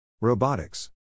Robotics